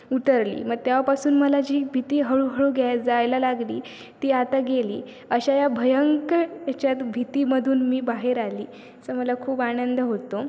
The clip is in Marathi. उतरले मग तेव्हापासून मला जी भीती हळूहळू गॅ जायला लागली ती आता गेली अशा या भयंकर याच्यात भीतीमधून मी बाहेर आले चा मला खूप आनंद होतो